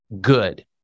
good